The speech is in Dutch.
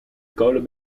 kolen